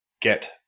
get